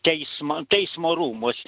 teisma teismo rūmus